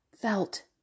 felt